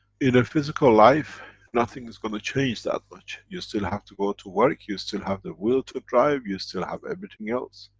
in a physical life nothing is going to change that much, you still have to go to work, you still have the will to drive, you still have everything else.